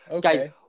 guys